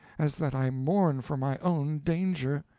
as that i mourn for my own danger.